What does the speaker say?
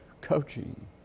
coaching